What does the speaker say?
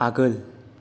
आगोल